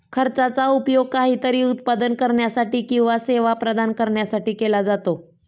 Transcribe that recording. खर्चाचा उपयोग काहीतरी उत्पादन करण्यासाठी किंवा सेवा प्रदान करण्यासाठी केला जातो